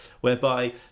Whereby